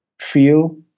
feel